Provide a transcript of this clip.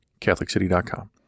CatholicCity.com